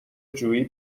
جویی